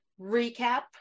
recap